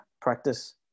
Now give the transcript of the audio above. Practice